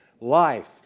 Life